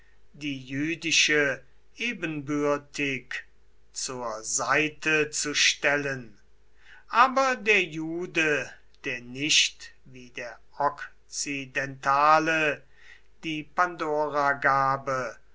die jüdische ebenbürtig zur seite zu stellen aber der jude der nicht wie der okzidentale die